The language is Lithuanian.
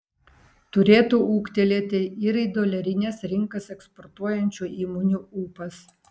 turėtų ūgtelėti ir į dolerines rinkas eksportuojančių įmonių ūpas